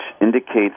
indicates